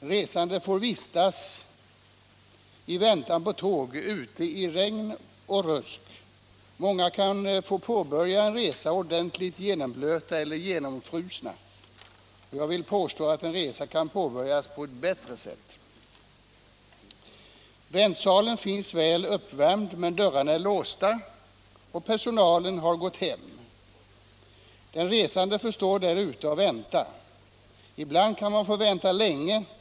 Resande får i väntan på tåg vistas ute i regn och rusk. Många kan få påbörja en resa ordentligt genomblöta eller genomfrusna. Jag vill påstå att en resa kan påbörjas på ett bättre sätt. Väntsalen är väl uppvärmd men dörrarna är låsta och personalen har gått hem. Den resande får stå där ute och vänta. Ibland kan man få vänta länge.